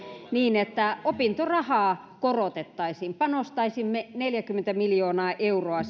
niin että opintorahaa korotettaisiin panostaisimme siihen ensi vuonna neljäkymmentä miljoonaa euroa